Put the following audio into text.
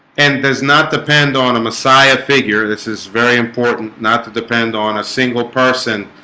and does not depend on a messiah figure. this is very important not to depend on a single person